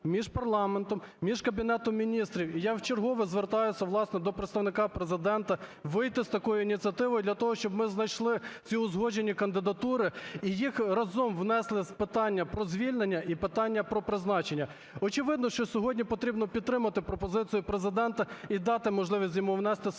між парламентом, між Кабінетом Міністрів. Я вчергове звертаюся, власне, до Представника Президента вийти з такою ініціативою для того, щоб ми знайшли ці узгоджені кандидатури і їх разом внесли: питання про звільнення і питання про призначення. Очевидно, що сьогодні потрібно підтримати пропозицію Президента і дати можливість йому внести своє бачення,